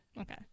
Okay